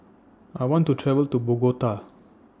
I want to travel to Bogota